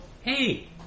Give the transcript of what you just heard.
hey